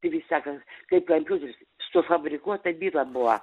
kitaip sakant kaip kompiuteris sufabrikuota byla buvo